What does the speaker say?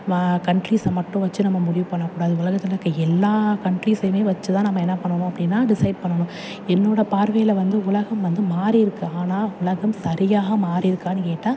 ம கண்ட்ரிஸை மட்டும் வச்சி நம்ம முடிவு பண்ணக்கூடாது உலகத்தில் இருக்கற எல்லா கண்ட்ரிஸையும் வச்சி தான் நம்ம என்ன பண்ணணும் அப்படின்னா டிசைட் பண்ணணும் என்னோடய பார்வையில் வந்து உலகம் வந்து மாறி இருக்குது ஆனால் உலகம் சரியாக மாறி இருக்கான்னு கேட்டால்